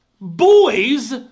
boys